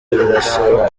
birasaba